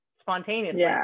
spontaneously